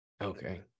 Okay